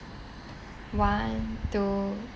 one two